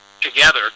together